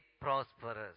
prosperous